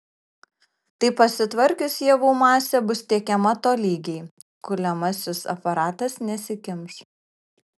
tai pasitvarkius javų masė bus tiekiama tolygiai kuliamasis aparatas nesikimš